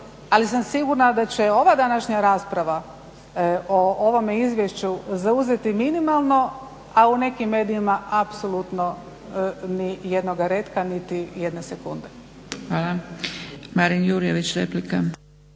ali sam sigurna da će ova današnja rasprava o ovome izvješću zauzeti minimalno, a u nekim medijima apsolutno ni jednoga retka, niti jedne sekunde.